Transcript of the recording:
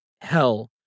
hell